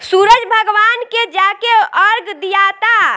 सूरज भगवान के जाके अरग दियाता